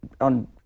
on